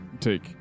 take